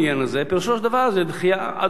פירושו של דבר דחייה עד אוקטובר.